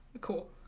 Cool